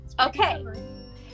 Okay